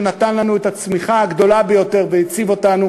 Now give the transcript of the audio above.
שנתן לנו את הצמיחה הגדולה ביותר והציב אותנו